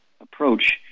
approach